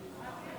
שר